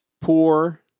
poor